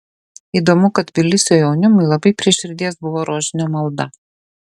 įdomu kad tbilisio jaunimui labai prie širdies buvo rožinio malda